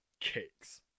kicks